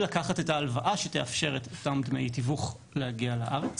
לקחת את ההלוואה שתאפשר את אותם דמי תיווך להגיע לארץ.